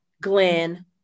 Glenn